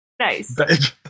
Nice